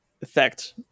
effect